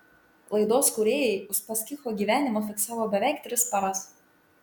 laidos kūrėjai uspaskicho gyvenimą fiksavo beveik tris paras